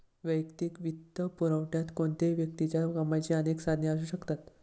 वैयक्तिक वित्तपुरवठ्यात कोणत्याही व्यक्तीच्या कमाईची अनेक साधने असू शकतात